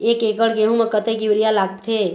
एक एकड़ गेहूं म कतक यूरिया लागथे?